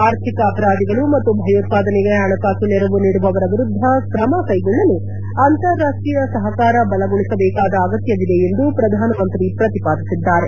ಅರ್ಥಿಕ ಅಪರಾಧಿಗಳು ಮತ್ತು ಭಯೋತ್ವಾದನೆಗೆ ಹಣಕಾಸು ನೆರವು ನೀಡುವವರ ವಿರುದ್ದ ಕ್ರಮಕ್ಕೆಗೊಳ್ಳಲು ಅಂತಾರಾಷ್ಷೀಯ ಸಹಕಾರ ಬಲಗೊಳಿಸಬೇಕಾದ ಅಗತ್ಯವಿದೆ ಎಂದು ಪ್ರಧಾನಮಂತ್ರಿ ಪ್ರತಿಪಾದಿಸಿದ್ದಾರೆ